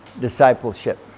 discipleship